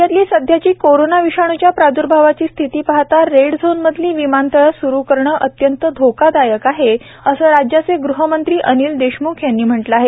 राज्यातली सध्याची कोरोना विषाणूच्या प्रादुर्भावाची स्थिती पाहता रेड झोनमधली विमानतळं सरू करणं अत्यंत धोकादायक आहे असं राज्याचे गृहमंत्री अनिल देशमुख यांनी म्हटलं आहे